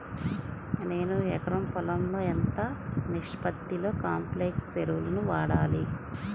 నేను ఎకరం పొలంలో ఎంత నిష్పత్తిలో కాంప్లెక్స్ ఎరువులను వాడాలి?